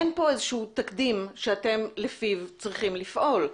אין כאן איזשהו תקדים שלפיו אתם צריכים לפעול.